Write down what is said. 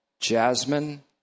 Jasmine